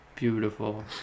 Beautiful